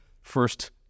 first